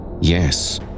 yes